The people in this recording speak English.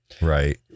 right